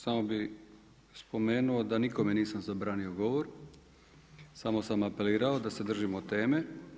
Samo bih spomenuo da nikome nisam zabranio govor, samo sam apelirao da se držimo teme.